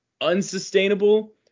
unsustainable